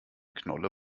knolle